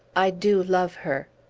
i do love her!